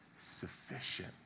sufficient